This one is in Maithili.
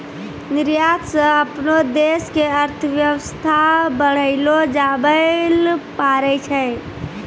निर्यात स अपनो देश के अर्थव्यवस्था बढ़ैलो जाबैल पारै छै